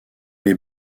les